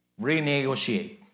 Renegotiate